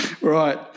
Right